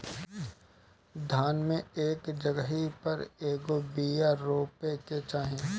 धान मे एक जगही पर कएगो बिया रोपे के चाही?